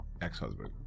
ex-husband